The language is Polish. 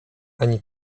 ani